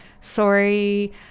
Sorry